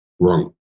wrong